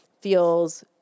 feels